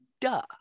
duh